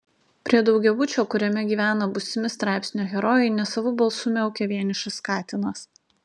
prie daugiabučio kuriame gyvena būsimi straipsnio herojai nesavu balsu miaukia vienišas katinas